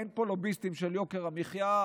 אין פה לוביסטים של יוקר המחיה.